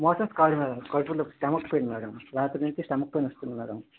motions కాదు madam కడుపులో నొప్పి స్టమక్ పెయిన్ మెడం రాత్రి నుంచి స్టమక్ పెయిన్ వస్తుంది మేడం